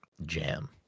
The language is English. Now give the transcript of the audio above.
jam